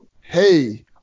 hey